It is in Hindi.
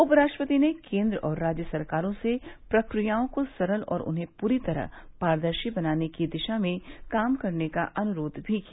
उपराष्ट्रपति ने केन्द्र और राज्य सरकारों से प्रक्रियाओं को सरल और उन्हें पूरी तरह पारदर्शी बनाने की दिशा में काम करने का अनुरोध भी किया